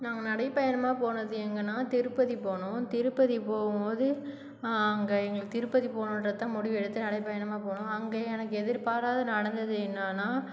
நாங்கள் நடைபயணமாக போனது எங்கேன்னா திருப்பதி போனோம் திருப்பதி போகும் போது அங்கே எங்களுக்கு திருப்பதி போகணும்ன்றத முடிவு எடுத்தனால் நடைபயணமாக போனோம் அங்கே எனக்கு எதிர்பாராதது நடந்தது என்னென்னா